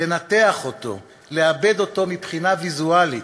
לנתח אותו ולעבד אותו מבחינה ויזואלית.